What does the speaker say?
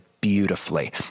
beautifully